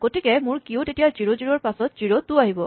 গতিকে মোৰ কিউটোত এতিয়া জিৰ' জিৰ' ৰ পাচত জিৰ' টু আহিব